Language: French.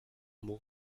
mot